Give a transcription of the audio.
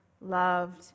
loved